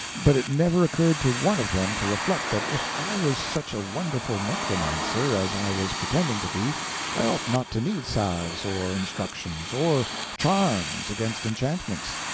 but it never occurred to one of them to reflect that if i was such a wonderful necromancer as i was pretending to be i ought not to need salves or instructions, or charms against enchantments,